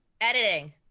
Editing